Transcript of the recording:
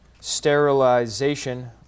sterilization